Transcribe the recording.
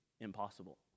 impossible